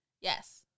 Yes